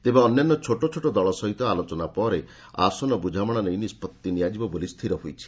ତେବେ ଅନ୍ୟାନ୍ୟ ଛୋଟଛୋଟ ଦଳ ସହିତ ଆଲୋଚନା ପରେ ଆସନ ବୁଝାମଣା ନେଇ ନିଷ୍ପତ୍ତି ନିଆଯିବ ବୋଲି ସ୍ଥିର ହୋଇଛି